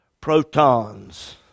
protons